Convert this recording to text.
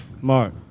Mark